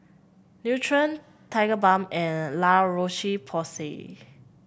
Nutren Tigerbalm and La Roche Porsay